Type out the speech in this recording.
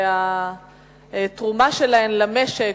והתרומה שלהן למשק,